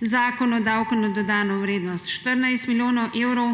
Zakona o davku na dodano vrednost 14 milijonov evrov.